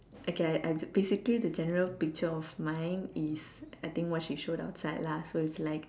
okay I I basically the general picture of mine is I think what she showed outside lah so it's like